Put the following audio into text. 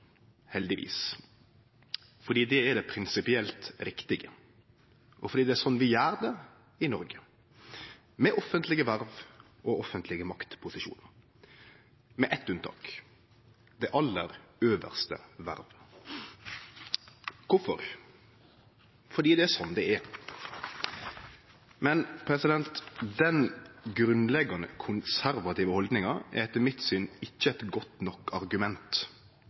heldigvis, fordi det er det prinsipielt riktige, og fordi det er slik vi gjer det i Noreg med offentlege verv og offentlege maktposisjonar – med eitt unntak, det aller øvste vervet. Kvifor? Det er fordi det er slik det er. Men denne grunnleggjande konservative haldninga er etter mitt syn ikkje eit godt nok argument